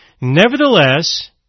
nevertheless